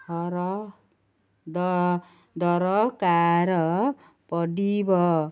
ଦରକାର ପଡ଼ିବ